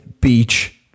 beach